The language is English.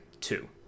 two